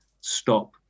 stop